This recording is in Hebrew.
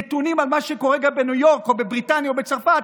נתונים על מה שקורה כרגע בניו יורק או בבריטניה או בצרפת,